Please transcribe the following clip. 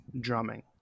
drumming